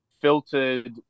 Filtered